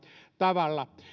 tavalla